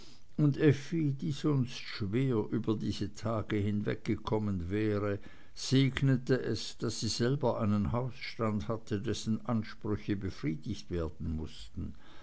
und effi die sonst schwer über diese tage hingekommen wäre segnete es daß sie selber einen hausstand hatte dessen ansprüche befriedigt werden mußten